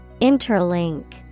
Interlink